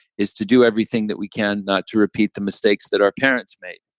is to do everything that we can not to repeat the mistakes that our parents made.